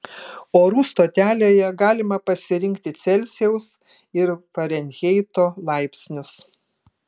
orų stotelėje galima pasirinkti celsijaus ir farenheito laipsnius